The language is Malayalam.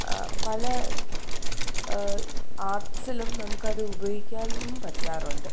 പല ആർട്സിലും നമുക്കത് ഉപയോഗിക്കാനും പറ്റാറുണ്ട്